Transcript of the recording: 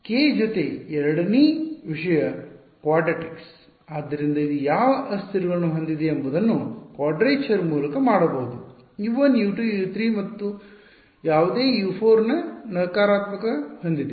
k ಜೊತೆ ಎರಡನೇ ವಿಷಯ ಕ್ವಾಡ್ರಾಟಿಕ್ಸ್ ಆದ್ದರಿಂದ ಇದು ಯಾವ ಅಸ್ಥಿರಗಳನ್ನು ಹೊಂದಿದೆ ಎಂಬುದನ್ನು ಕ್ವಾಡ್ರೇಚರ್ ಮೂಲಕ ಮಾಡಬಹುದು U 1U 2U 3 ಯಾವುದೇ U 4 ನಕಾರಾತ್ಮಕ ಹೊಂದಿದೆ